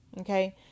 Okay